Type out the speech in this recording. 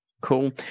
Cool